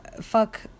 fuck